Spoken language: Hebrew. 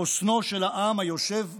חוסנו של העם היושב בציון.